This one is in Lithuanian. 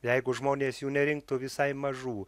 jeigu žmonės jų nerinktų visai mažų